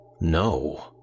No